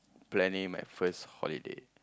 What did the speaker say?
planning my first holiday